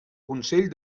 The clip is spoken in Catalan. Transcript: consell